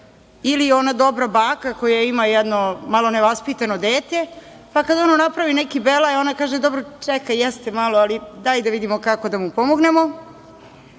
ili ona dobra baka koja ima jedno malo nevaspitano dete, pa kada ono napravi neki belaj, ona kaže: „Dobro, čekaj, jeste malo, ali daj da vidimo kako da mu pomognemo“.